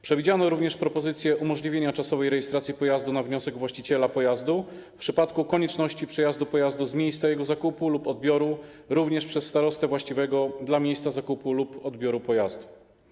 Przewidziano również propozycję umożliwienia czasowej rejestracji pojazdu na wniosek właściciela pojazdu w przypadku konieczności przejazdu pojazdu z miejsca jego zakupu lub odbioru również przez starostę właściwego dla miejsca zakupu lub odbioru pojazdu.